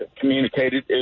communicated